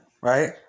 right